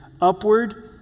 upward